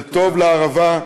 זה טוב לערבה,